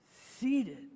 seated